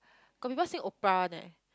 got people sing opera one eh